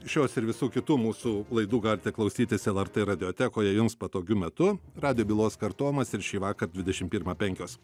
šios ir visų kitų mūsų laidų galite klausytis lrt radiotekoje jums patogiu metu radijo bylos kartojimas ir šįvakar dvidešimt pirmą penkios